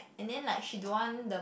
and then like she don't want the